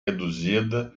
reduzida